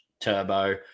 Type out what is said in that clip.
Turbo